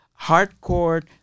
hardcore